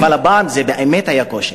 אבל הפעם זה באמת היה קושי,